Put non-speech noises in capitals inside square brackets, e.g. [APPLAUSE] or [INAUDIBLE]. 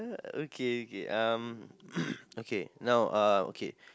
okay okay um [NOISE] okay now uh okay